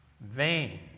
vain